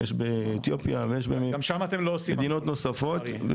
ויש באתיופיה ובמדינות נוספות,